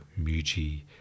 Muji